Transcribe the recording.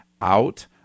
Out